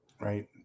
right